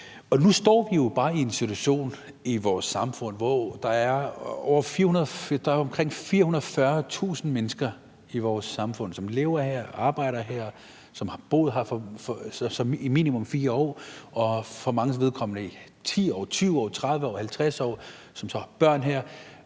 Nu står vi jo bare i en situation i vores samfund, hvor der er omkring 440.000 mennesker i vores samfund, som lever her, arbejder her, har boet her i minimum 4 år og for manges vedkommende i 10 år, 20 år, 30 år, 50 år, og som så har børn her.